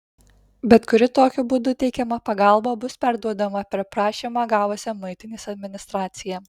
bet kuri tokiu būdu teikiama pagalba bus perduodama per prašymą gavusią muitinės administraciją